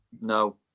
No